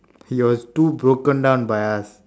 he was too broken down by us